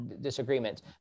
disagreements